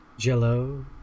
jello